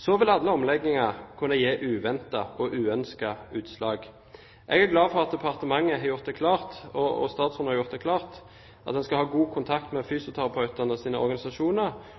Så vil alle omlegginger kunne gi uventede og uønskede utslag. Jeg er glad for at departementet har gjort det klart, og statsråden har gjort det klart, at en skal ha god kontakt med fysioterapeutenes organisasjoner og